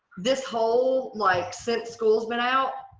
this whole like since schools been out,